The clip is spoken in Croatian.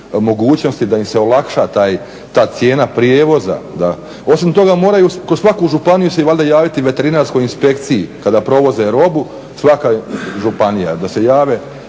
mogućnosti da im se olakša ta cijena prijevoza. Osim toga moraju kroz svaku županiju se valjda javiti veterinarskoj inspekciji kada provoze robu, svaka županije da se jave.